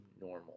normal